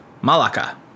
Malacca